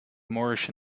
moorish